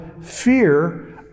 fear